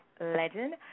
legend